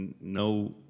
no